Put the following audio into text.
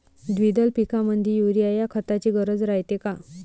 द्विदल पिकामंदी युरीया या खताची गरज रायते का?